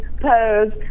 pose